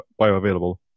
bioavailable